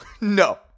No